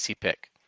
pick